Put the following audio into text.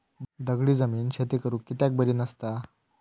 दगडी जमीन शेती करुक कित्याक बरी नसता?